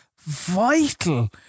vital